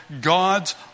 god's